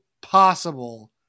possible